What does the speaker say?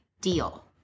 deal